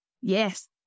Yes